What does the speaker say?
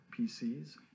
PCs